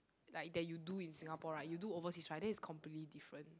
like that you do in Singapore right you do overseas right then it's completely different